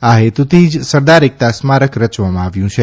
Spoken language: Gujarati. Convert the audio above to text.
આ હેતુથી જ સરદાર એકતા સ્મારક રચવામાં આવ્યું છે